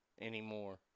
anymore